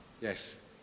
Yes